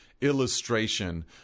illustration